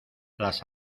las